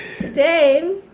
Today